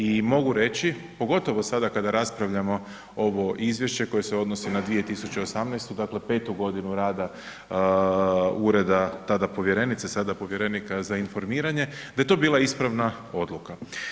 I mogu reći, pogotovo sada kada raspravljamo ovo izvješće koje se odnosi na 2018., dakle 5 godinu rada ureda tada povjerenice, sada povjerenika za informiranje da je to bila ispravna odluka.